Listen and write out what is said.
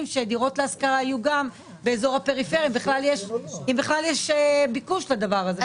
שדירות להשכרה יהיו גם באזור הפריפריה והאם בכלל יש ביקוש לכך?